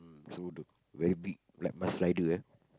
so the very big like mask rider ah